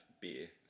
beer